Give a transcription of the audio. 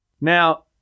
Now